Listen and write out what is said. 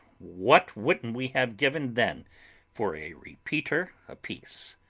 what wouldn't we have given then for a repeater apiece!